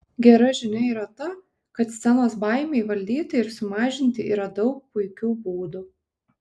gera žinia yra ta kad scenos baimei valdyti ir sumažinti yra daug puikių būdų